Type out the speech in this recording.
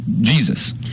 Jesus